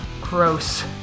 Gross